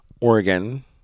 Oregon